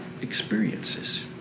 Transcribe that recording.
Experiences